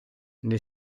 nelle